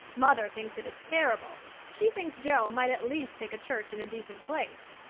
mother thinks it is terrible she thinks jo might at least take a church in a decent place.